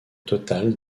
total